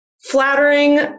flattering